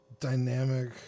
dynamic